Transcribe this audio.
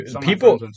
people